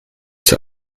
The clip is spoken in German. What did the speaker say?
zur